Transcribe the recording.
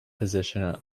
position